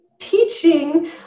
teaching